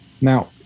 now